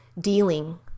dealing